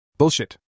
bullshit